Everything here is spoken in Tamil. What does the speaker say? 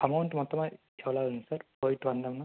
அமௌண்ட் மொத்தமாக எவ்வளாகுங் சார் போய்ட்டு வந்தோம்னா